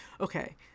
okay